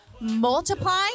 multiply